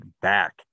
back